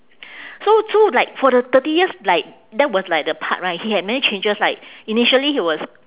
so so like for the thirty years like that was like the part right he had many changes like initially he was